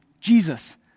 Jesus